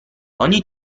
ogni